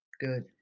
Good